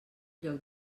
lloc